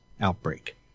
outbreak